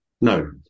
No